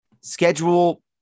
schedule